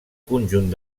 conjunt